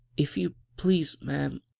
if you please, ma'am,